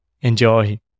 enjoy